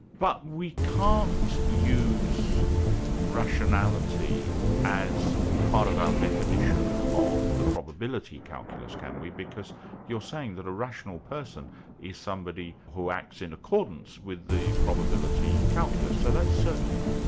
but we can't use rationality as part of our definition of the probability calculus can we, because you're saying that a rational person is somebody who acts in accordance with the probability calculus. so that's circular.